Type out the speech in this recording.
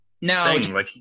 No